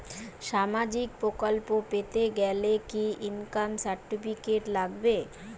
সামাজীক প্রকল্প পেতে গেলে কি ইনকাম সার্টিফিকেট লাগবে?